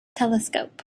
telescope